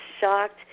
shocked